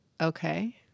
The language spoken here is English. okay